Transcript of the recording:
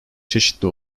çeşitli